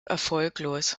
erfolglos